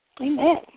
Amen